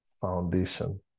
Foundation